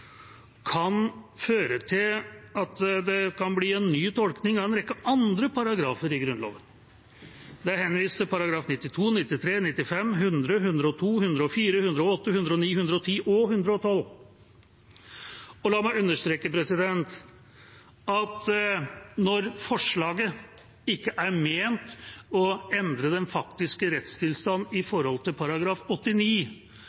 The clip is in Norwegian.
kan føre til at det kan bli en ny tolkning av en rekke andre paragrafer i Grunnloven. Det er henvist til §§ 92, 93, 95, 100, 102, 104, 108, 109, 110 og 112. La meg understreke at når forslaget ikke er ment å endre den faktiske